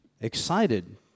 excited